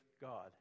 God